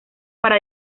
para